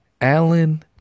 Alan